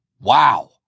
Wow